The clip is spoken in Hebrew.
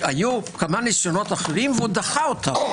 היו כמה ניסיונות אחרים ודחה אותם.